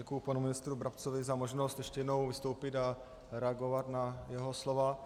Děkuji panu ministru Brabcovi za možnost ještě jednou vystoupit a reagovat na jeho slova.